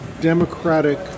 democratic